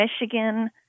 Michigan